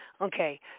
Okay